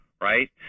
right